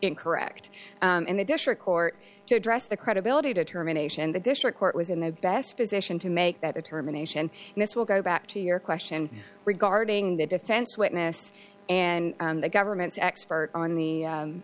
incorrect and the district court to address the credibility determination and the district court was in the best position to make that determination and this will go back to your question regarding the defense witness and the government's expert on the